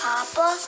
Papa